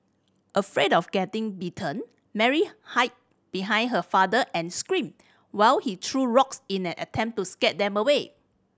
afraid of getting bitten Mary hide behind her father and screamed while he threw rocks in an attempt to scare them away